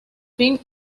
fin